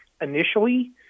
initially